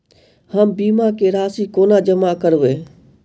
हम बीमा केँ राशि कोना जमा करबै?